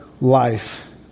life